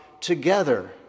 together